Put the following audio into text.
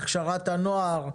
להכשרת הנוער,